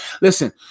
Listen